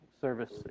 service